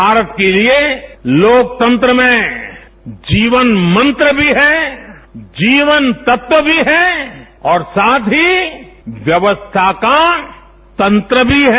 भारत के लिए लोकतंत्र में जीवन मंत्र भी है जीवन तत्व भी है और साथ ही व्यवस्था का तंत्र भी है